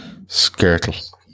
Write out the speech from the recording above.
Skirtle